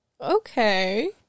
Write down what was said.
Okay